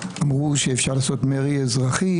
אמרו שאפשר לעשות מרי אזרחי.